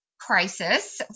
crisis